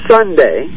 Sunday